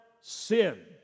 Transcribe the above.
sin